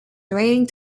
relating